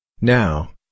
Now